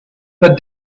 but